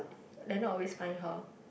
leonard always find her